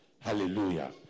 Hallelujah